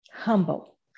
Humble